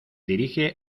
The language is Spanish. dirige